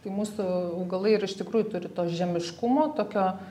tai mūsų augalai ir iš tikrųjų turi to žemiškumo tokio